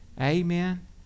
Amen